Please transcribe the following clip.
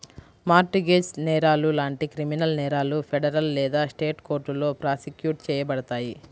mart gauge నేరాలు లాంటి criminal నేరాలు ఫెడరల్ లేదా స్టేట్ కోర్టులో ప్రాసిక్యూట్ చేయబడతాయి